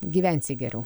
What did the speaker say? gyvensi geriau